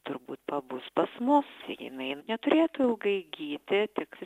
turbūt pabus pas mus jinai neturėtų ilgai gydyti tik